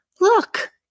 Look